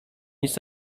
nic